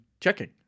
checking